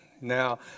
Now